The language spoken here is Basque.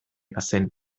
bazen